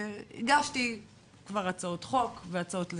והגשתי כבר הצעות חוק והצעות לסדר,